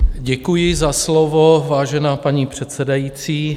Děkuji za slovo, vážená paní předsedající.